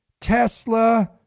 Tesla